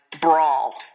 brawl